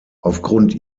aufgrund